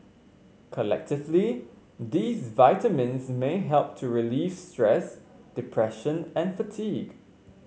collectively these vitamins may help to relieve stress depression and fatigue